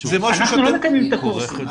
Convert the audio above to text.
אנחנו לא מקיימים את הקורסים.